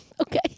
Okay